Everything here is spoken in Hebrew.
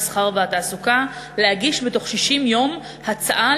המסחר והתעסוקה להגיש בתוך 60 יום הצעה